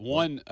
one